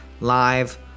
live